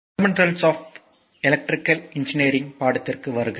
fundamentals of electrical engineering பாடத்திட்டத்திற்கு வருக